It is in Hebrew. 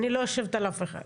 אני לא יושבת על אף אחד.